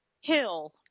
Hill